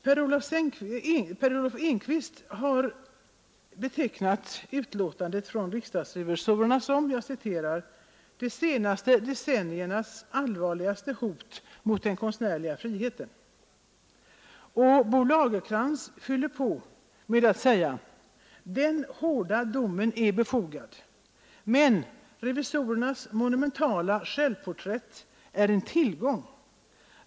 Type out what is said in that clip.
Per Olov Enquist har betecknat utlåtandet från riksdagsrevisorerna som ”de senaste decenniernas allvarligaste hot mot den konstnärliga friheten”, och Bo Lagercrantz fyller på med att säga: ”Den hårda domen är befogad — men revisorernas monumentala självporträtt är en tillgång.